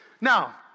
Now